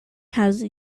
has